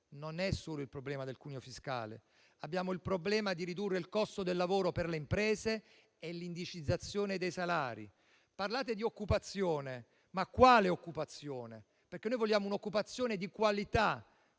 non c'è solo il problema del cuneo fiscale, c'è il problema di ridurre il costo del lavoro per le imprese e di indicizzare i salari. Parlate di occupazione, ma quale occupazione? Noi vogliamo un'occupazione di qualità,